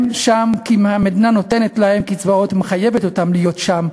הם שם כי המדינה נותנת להם קצבאות ומחייבת אותם להיות שם,